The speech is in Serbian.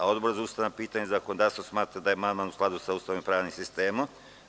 Odbor za ustavna pitanja i zakonodavstvo smatra da je amandman u skladu sa Ustavom i pravnim sistemom.